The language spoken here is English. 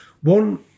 one